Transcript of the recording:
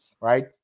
right